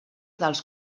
dels